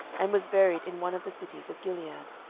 and was buried in one of the cities of gilead.